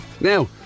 now